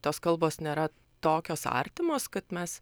tos kalbos nėra tokios artimos kad mes